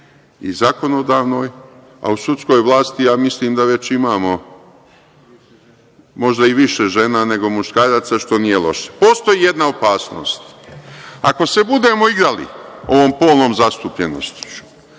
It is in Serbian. i zakonodavnoj, a u sudskoj vlasti ja mislim da već imamo možda i više žena nego muškaraca, što nije loše. Postoji jedna opasnost. Ako se budemo igrali ovom polnom zastupljenošću